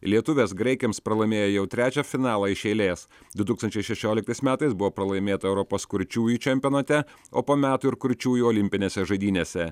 lietuvės graikėms pralaimėjo jau trečią finalą iš eilės du tūkstančiai šešioliktais metais buvo pralaimėta europos kurčiųjų čempionate o po metų ir kurčiųjų olimpinėse žaidynėse